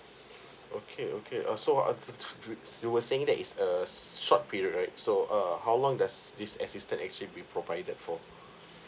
okay okay uh so uh to to s~ you were saying that it's a short period right so uh how long does this assistance actually be provided for